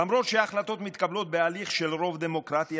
למרות שההחלטות מתקבלות בהליך של רוב דמוקרטי,